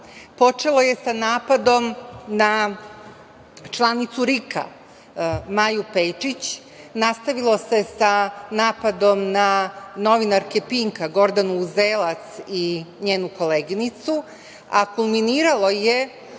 Počeo je sa napadom na članicu RIK-a, Maju Pejčić, nastavilo se sa napadom na novinarke "Pinka", Gordanu Uzelac i njenu koleginicu, a kulminiralo je